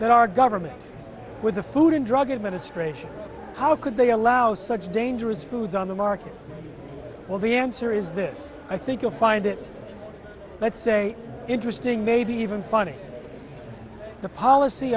that our government with the food and drug administration how could they allow such dangerous foods on the market well the answer is this i think you'll find it let's say interesting maybe even funny the policy